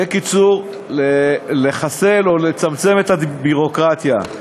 בקיצור, לחסל או לצמצם את הביורוקרטיה.